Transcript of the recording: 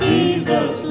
Jesus